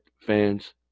fans